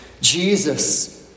Jesus